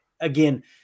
again